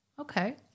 Okay